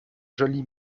joli